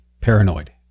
paranoid